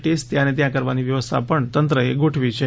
test ત્યાંને ત્યાં કરવાની વ્યવસ્થા પણ તંત્રએ ગોઠવી છે